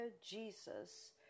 Jesus